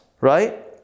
right